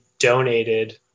donated